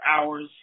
hours